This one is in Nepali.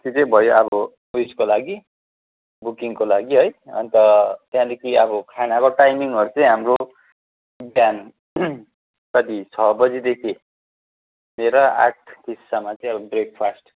त्यो चाहिँ भयो अब उइसको लागि बुकिङको लागि है अन्त त्यहाँदेखि अब खानाको टाइमिङहरू चाहिँ हाम्रो बिहान कति छ बजीदेखि लिएर आठ तिससम्म चाहिँ ब्रेकफास्ट